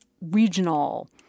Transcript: regional